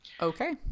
Okay